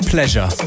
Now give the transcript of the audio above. Pleasure